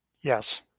Yes